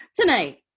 Tonight